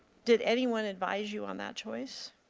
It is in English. did anyone advise you on that choice?